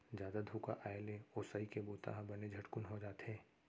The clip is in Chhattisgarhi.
जादा धुका आए ले ओसई के बूता ह बने झटकुन हो जाथे